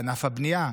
בענף הבנייה,